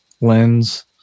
lens